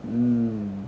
mm